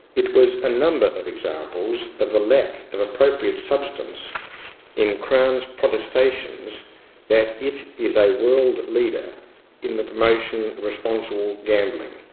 it was a number of examples of the lack of appropriate substance in crown's protestations that it is a world leader in the promotion of responsible gambling.